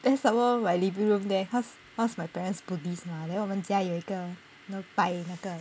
then some more my living room there cause cause my parents buddhist mah then 我们家有一个拜那个